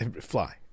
fly